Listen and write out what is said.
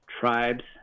tribes